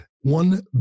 one